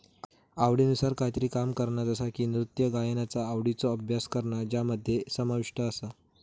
आवडीनुसार कायतरी काम करणा जसा की नृत्य गायनाचा आवडीचो अभ्यास करणा ज्यामध्ये समाविष्ट आसा